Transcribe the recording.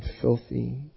filthy